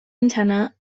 antenna